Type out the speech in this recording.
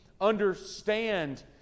understand